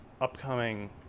upcoming